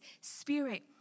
Spirit